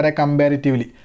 comparatively